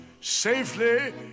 safely